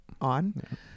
on